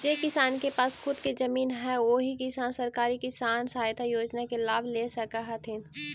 जे किसान के पास खुद के जमीन हइ ओही किसान सरकारी किसान सहायता योजना के लाभ ले सकऽ हथिन